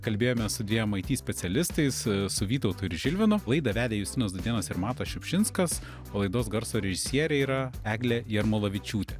kalbėjome su dviem it specialistais su vytautu ir žilvino laidą vedė justinas dudėnas ir matas šiupšinskas o laidos garso režisierė yra eglė jarmolavičiūtė